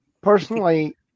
Personally